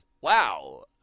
Wow